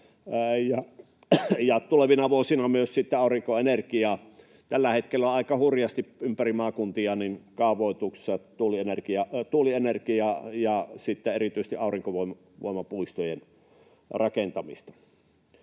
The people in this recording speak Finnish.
tulevina vuosina myös sitten aurinkoenergia. Tällä hetkellä on aika hurjasti ympäri maakuntia kaavoituksessa tuulienergiaa ja sitten erityisesti aurinkovoimapuistojen rakentamista.